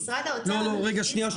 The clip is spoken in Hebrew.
משרד האוצר מחליט לגבי --- לא, לא, שנייה.